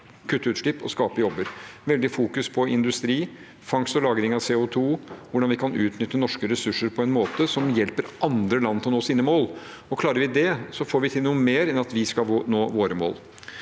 kutte utslipp og skape jobber, med veldig fokus på industri, fangst og lagring av CO2 og hvordan vi kan utnytte norske ressurser på en måte som hjelper andre land til å nå sine mål. Klarer vi det, får vi til noe mer enn at vi skal nå våre mål.